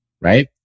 right